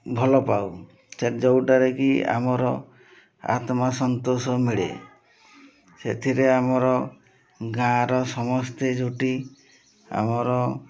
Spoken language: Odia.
ଭଲପାଉ ଯେଉଁଟାରେ କି ଆମର ଆତ୍ମସନ୍ତୋଷ ମିଳେ ସେଥିରେ ଆମର ଗାଁର ସମସ୍ତେ ଜୁଟି ଆମର